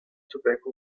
tobacco